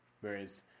Whereas